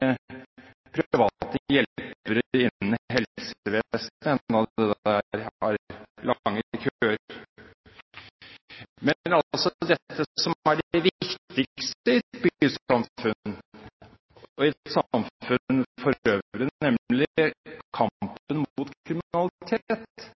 Men når det gjelder dette som er det viktigste i et bysamfunn og i et samfunn for øvrig, nemlig